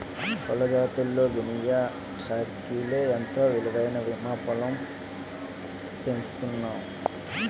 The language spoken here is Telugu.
కోళ్ల జాతుల్లో గినియా, టర్కీలే ఎంతో విలువైనవని మా ఫాంలో పెంచుతున్నాంరా